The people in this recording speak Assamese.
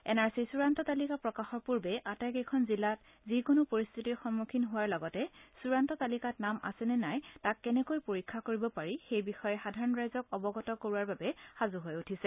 এনআৰচিৰ চুড়ান্ত তালিকা প্ৰকাশৰ পূৰ্বে আটাইকেইখন জিলা যিকোনো পৰিস্থিতিৰ সম্মুখীন হোৱাৰ লগতে চুডান্ত তালিকাত নাম আছে নে নাই তাক কেনেকৈ পৰীক্ষা কৰিব পাৰি সেই বিষয়ে সাধাৰণ ৰাইজক অৱগত কৰোৱাৰ বাবে সাজু হৈ উঠিছে